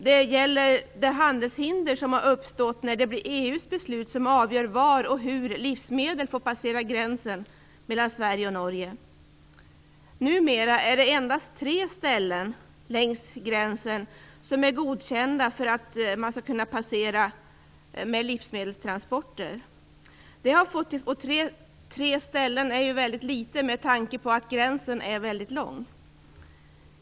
Det gäller de handelshinder som har uppstått i och med att det är EU:s beslut som avgör var och hur livsmedel får passera gränsen mellan Norge och Sverige. Numera är det endast tre ställen längs gränsen som är godkända om man vill passera med livsmedelstransporter. Tre ställen är ju väldigt litet med tanke på att gränsen är väldigt lång.